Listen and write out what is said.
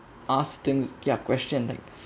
ask things ya question like